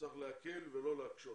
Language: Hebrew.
צריך להקל ולא להקשות,